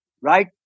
right